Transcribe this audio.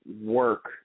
work